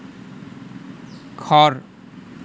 ঘৰ